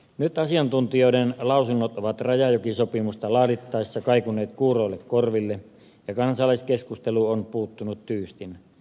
nyt asiantuntijoiden lausunnot ovat rajajokisopimusta laadittaessa kaikuneet kuuroille korville ja kansalaiskeskustelu on puuttunut tyystin